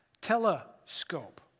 telescope